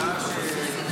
מה קורה?